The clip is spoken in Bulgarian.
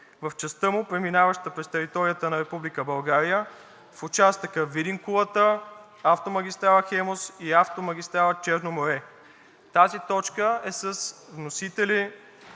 в частта му, преминаваща през територията на Република България в участъка Видин – Кулата, автомагистрала „Хемус“ и автомагистрала „Черно море“. Тази точка е с вносители